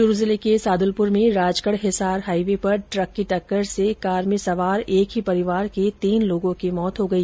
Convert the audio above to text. च्रू जिले के सार्दलपुर में राजगढ हिसार हाईवे पर ट्रक की टक्कर से कार में सवार एक ही परिवार के तीन लोगों की मौत हो गई